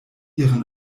ihren